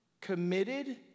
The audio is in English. committed